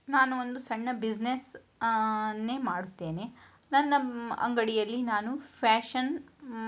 ನಾನು ಒಂದು ಸಣ್ಣ ಬಿಸ್ನೆಸ್ ಅನ್ನೇ ಮಾಡ್ತೇನೆ ನನ್ನ ಅಂಗಡಿಯಲ್ಲಿ ನಾನು ಫ್ಯಾಷನ್